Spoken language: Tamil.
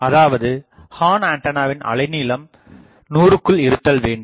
அதாவது ஹார்ன் ஆண்டனாவின் அலைநீளம் 100க்குள் இருத்தல் வேண்டும்